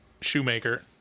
Shoemaker